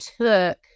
took